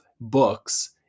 books